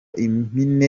impine